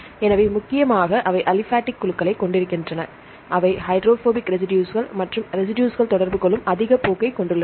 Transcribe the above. எனவே முக்கியமாக அவை அலிபாடிக் குழுக்களைக் கொண்டிருக்கின்றன அவை ஹைட்ரோபோபிக் ரெசிடுஸ்கள் மற்றும் ரெசிடுஸ்கள் தொடர்பு கொள்ளும் அதிக போக்கைக் கொண்டுள்ளன